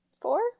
Four